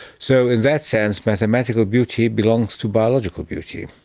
so in that sense mathematical beauty belongs to biological beauty.